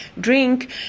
drink